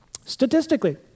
statistically